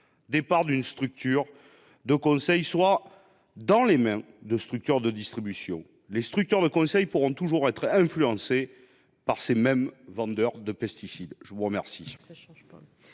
parts d'une structure de conseil soient dans les mains de structures de distribution. Les structures de conseil pourront donc toujours être influencées par les vendeurs de pesticides. La parole